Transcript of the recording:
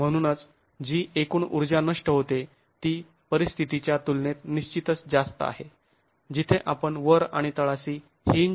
म्हणूनच जी एकूण ऊर्जा नष्ट होते ती परिस्थितीच्या तुलनेत निश्चितच जास्त आहे जिथे आपण वर आणि तळाशी हींज हींज गृहीत धरत आहोत